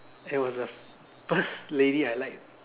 it was a first lady I liked